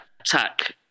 Attack